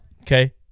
okay